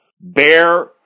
bear